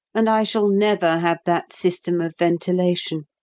and i shall never have that system of ventilation.